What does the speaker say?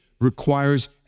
requires